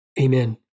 Amen